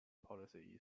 policy